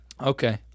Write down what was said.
Okay